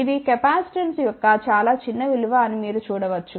ఇది కెపాసిటెన్స్ యొక్క చాలా చిన్న విలువ అని మీరు చూడ వచ్చు